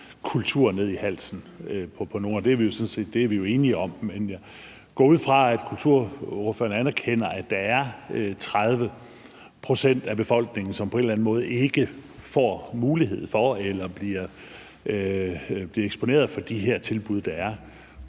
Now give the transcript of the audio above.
kultur ned i halsen på nogen, og det er vi jo enige om. Men jeg går ud fra, at kulturordføreren anerkender, at der er 30 pct. af befolkningen, som på en eller anden måde ikke får mulighed for at bruge eller bliver eksponeret for de tilbud, der er.